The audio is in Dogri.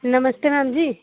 नमस्ते मैम जी